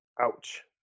ouch